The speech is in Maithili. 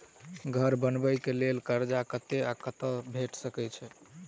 घर बनबे कऽ लेल कर्जा कत्ते कर्जा भेट सकय छई?